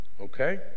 okay